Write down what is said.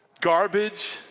garbage